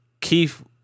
Keith